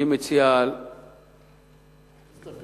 אני מציע, להסתפק.